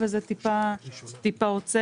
וזה טיפה עוצר.